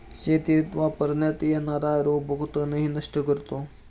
शेतीत वापरण्यात येणारा रोबो तणही नष्ट करतो